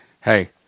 Hey